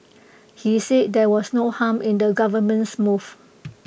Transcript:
he said there was no harm in the government's move